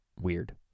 weird